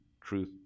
truth